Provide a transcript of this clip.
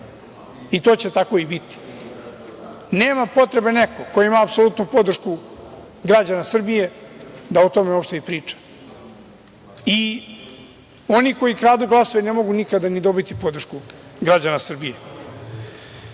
i to će tako i biti. Nema potrebe neko, ko ima apsolutnu podršku građana Srbije da o tome uopšte i priča. I oni koji kradu glasove, ne mogu nikada ni dobiti podršku građana